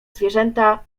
zwierzęta